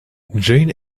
jane